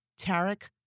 Tarek